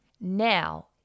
Now